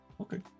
okay